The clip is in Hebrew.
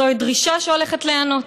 זוהי דרישה שהולכת להיענות,